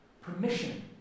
permission